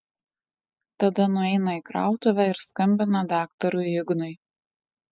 tada nueina į krautuvę ir skambina daktarui ignui